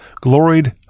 gloried